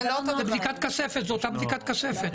זאת אותה בדיקת כספת.